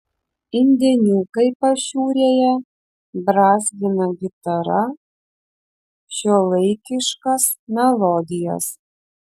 indėniukai pašiūrėje brązgina gitara šiuolaikiškas melodijas